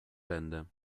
będę